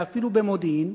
ואפילו במודיעין.